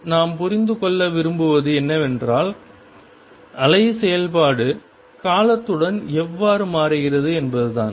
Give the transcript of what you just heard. இப்போது நாம் புரிந்து கொள்ள விரும்புவது என்னவென்றால் அலை செயல்பாடு காலத்துடன் எவ்வாறு மாறுகிறது என்பதுதான்